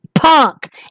Punk